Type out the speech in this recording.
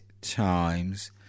times